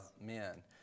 men